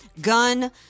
gun